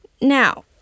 Now